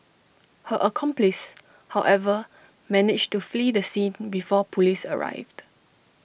her accomplice however managed to flee the scene before Police arrived